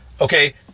Okay